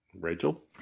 Rachel